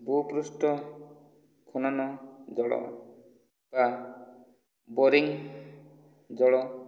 ଭୂପୃଷ୍ଠ ଖନନ ଜଳ ବା ବୋରିଙ୍ଗ ଜଳ